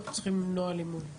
אנחנו צריכים למנוע אלימות